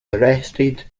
arrested